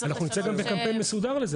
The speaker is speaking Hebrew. אנחנו גם נצא בקמפיין מסודר לכך.